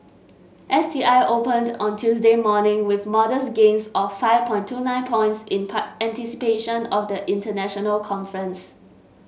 S T I opened on Tuesday morning with modest gains of five point two nine points in part anticipation of the international conference